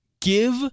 Give